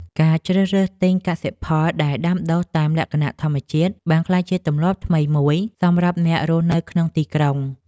ការជ្រើសរើសទិញកសិផលដែលដាំដុះតាមលក្ខណៈធម្មជាតិបានក្លាយជាទម្លាប់ថ្មីមួយសម្រាប់អ្នករស់នៅក្នុងទីក្រុង។